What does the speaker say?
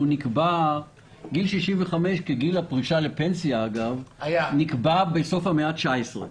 גיל 65 כגיל הפרישה לפנסיה נקבע בסוף המאה התשע-עשרה,